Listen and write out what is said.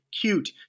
cute